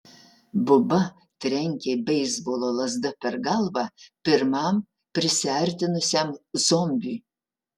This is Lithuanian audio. buba trenkė beisbolo lazda per galvą pirmam prisiartinusiam zombiui